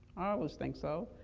always think so,